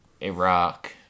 Iraq